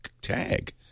tag